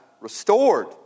restored